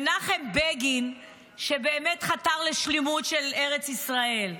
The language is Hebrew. מנחם בגין, שבאמת חתר לשלמות של ארץ ישראל,